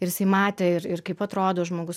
ir jisai matė ir ir kaip atrodo žmogus